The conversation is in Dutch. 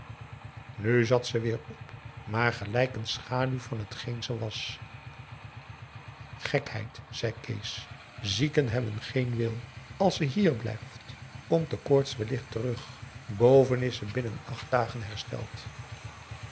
nu zat ze weer op maar gelijk een schaduw van hetgeen ze was gekheid zei kees zieken hebben geen wil als ze hier blijft komt de koorts wellicht terug boven is ze binnen acht dagen hersteld